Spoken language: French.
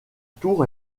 tour